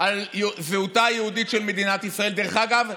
על זהותה היהודית של מדינת ישראל דרך אגב,